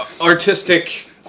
artistic